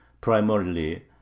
primarily